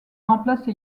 remplace